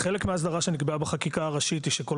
חלק מההסדרה שנקבעה בחקיקה הראשית היא שכל